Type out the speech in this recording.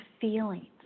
feelings